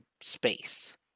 space